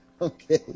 Okay